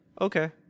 okay